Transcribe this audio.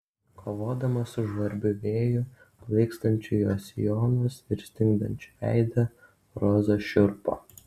kovodama su žvarbiu vėju plaikstančiu jos sijonus ir stingdančiu veidą roza šiurpo